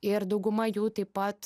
ir dauguma jų taip pat